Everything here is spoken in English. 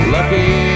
Lucky